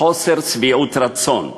חוסר שביעות רצון.